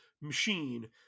machine